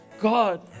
God